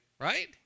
right